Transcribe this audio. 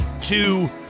two